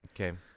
Okay